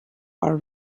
are